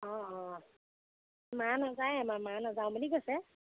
অঁ অঁ মা নাযায় আমাৰ মা নাযাওঁ বুলি কৈছে